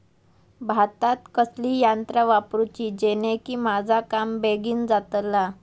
भातात कसली यांत्रा वापरुची जेनेकी माझा काम बेगीन जातला?